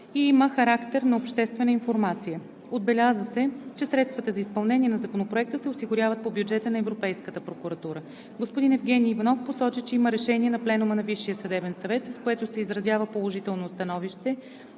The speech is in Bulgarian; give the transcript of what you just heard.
и има характер на обществена информация. Отбеляза се, че средствата за изпълнение на Законопроекта се осигуряват по бюджета на Европейската прокуратура. Господин Евгени Иванов посочи, че има Решение на Пленума на Висшия съдебен съвет, с което се изразява положително становище